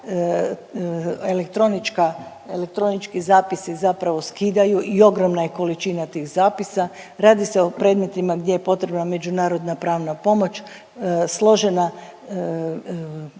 elektronički zapisi zapravo skidaju i ogromna je količina tih zapisa. Radi se o predmetima gdje je potrebna međunarodna pravna pomoć, složena